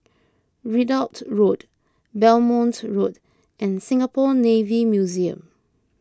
Ridout Road Belmont Road and Singapore Navy Museum